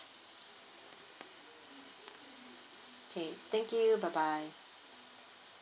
okay thank you bye bye